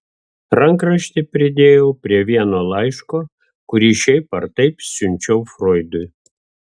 rankraštį pridėjau prie vieno laiško kurį šiaip ar taip siunčiau froidui